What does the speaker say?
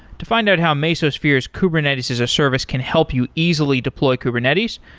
to find out how mesosphere's kubernetes as a service can help you easily deploy kubernetes,